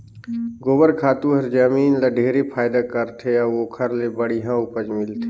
गोबर खातू हर जमीन ल ढेरे फायदा करथे अउ ओखर ले बड़िहा उपज मिलथे